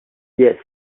yes